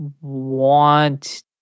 want